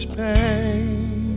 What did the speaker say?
pain